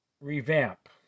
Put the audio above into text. revamp